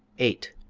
eight.